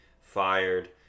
fired